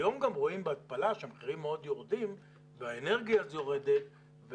היום גם רואים בהתפלה שהמחירים מאוד יורדים והאנרגיה אז יורדת,